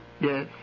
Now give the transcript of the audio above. Yes